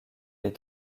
les